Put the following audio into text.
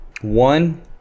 One